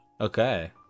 Okay